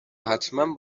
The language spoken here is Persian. حتمن